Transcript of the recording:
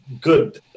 good